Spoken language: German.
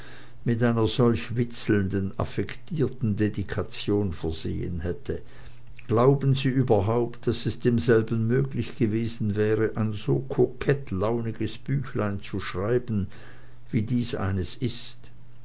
mit solch einer witzelnden affektierten dedikation versehen hätte glauben sie überhaupt daß es demselben möglich gewesen wäre ein so kokett launiges büchlein zu schreiben wie dies eines ist